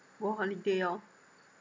go holiday orh